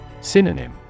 Synonym